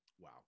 Wow